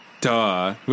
duh